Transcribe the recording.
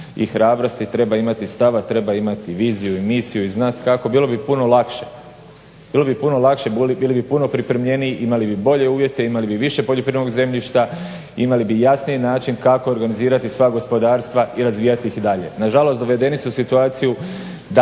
i hrabrosti, treba imati i stava, treba imati i viziju i misiju i znat kako. Bilo bi puno lakše, bilo bi puno lakše, bili bi puno pripremljeniji, imali bi bolje uvjete, imali bi više poljoprivrednog zemljišta, imali bi jasniji način kako organizirati sva gospodarstva i razvijati ih i dalje. Na žalost dovedeni su u situaciju da